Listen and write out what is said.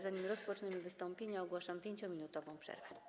Zanim rozpoczniemy wystąpienia, ogłaszam 5-minutową przerwę.